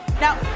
Now